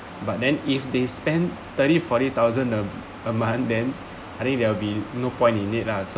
but then if they spend thirty forty thousand a a month then I think there will be no point in need lah so